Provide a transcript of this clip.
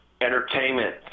entertainment